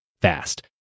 fast